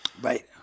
Right